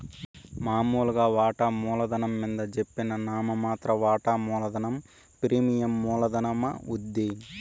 మామూలుగా వాటామూల ధనం మింద జెప్పిన నామ మాత్ర వాటా మూలధనం ప్రీమియం మూల ధనమవుద్ది